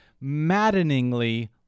maddeningly